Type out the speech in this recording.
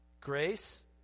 Grace